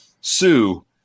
Sue